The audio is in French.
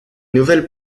nouvelles